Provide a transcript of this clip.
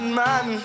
man